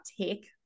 take